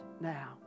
now